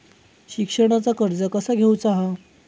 शिक्षणाचा कर्ज कसा घेऊचा हा?